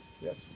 Yes